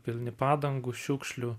pilni padangų šiukšlių